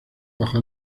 bajo